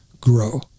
grow